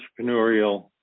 entrepreneurial